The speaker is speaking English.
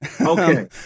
Okay